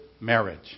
marriage